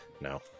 no